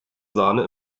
sahne